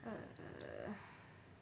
uh